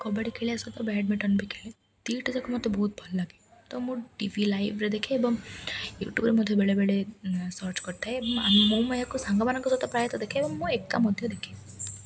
କବାଡ଼ି ଖେଳିବା ସହିତ ବ୍ୟାଡ଼ମିଣ୍ଟନ୍ ବି ଖେଳେ ଦୁଇଟା ଯାକ ମୋତେ ବହୁତ ଭଲ ଲାଗେ ତ ମୁଁ ଟି ଭି ଲାଇଭ୍ରେ ଦେଖେ ଏବଂ ୟୁଟ୍ୟୁବରେ ମଧ୍ୟ ବେଳେବେଳେ ସର୍ଚ୍ଚ କରିଥାଏ ଏବଂ ମୁଁ ମୁ ଏହାକୁ ସାଙ୍ଗମାନଙ୍କ ସହିତ ପ୍ରାୟତଃ ଦେଖେ ଏବଂ ମୁଁ ଏକା ମଧ୍ୟ ଦେଖେ